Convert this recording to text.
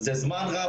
זה זמן רב,